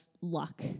luck